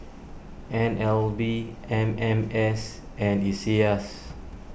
N L B M M S and Iseas